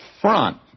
front